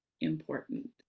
important